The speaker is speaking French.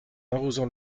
arrosant